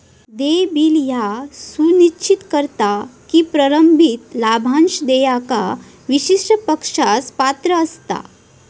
देय बिल ह्या सुनिश्चित करता की प्रलंबित लाभांश देयका विशिष्ट पक्षास पात्र असता